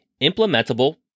implementable